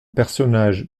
personnage